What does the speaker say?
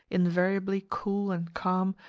invariably cool and calm,